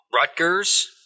Rutgers